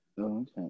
Okay